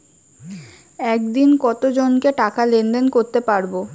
একদিন কত জনকে টাকা লেনদেন করতে পারবো?